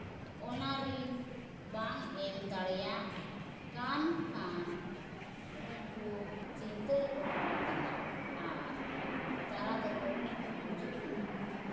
ᱚᱱᱟ ᱨᱤᱱ ᱵᱟᱝ ᱮᱢ ᱫᱟᱲᱮᱭᱟᱜ ᱠᱟᱱ ᱠᱷᱟᱱ ᱩᱱᱠᱩ ᱪᱤᱱᱛᱟᱹ ᱨᱮᱠᱚ ᱯᱟᱲᱟᱜ ᱠᱟᱱᱟ ᱟᱨ ᱛᱟᱨᱟ ᱫᱚᱠᱚ ᱜᱩᱡᱩᱜ ᱠᱟᱱᱟ